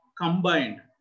combined